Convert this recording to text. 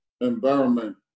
environment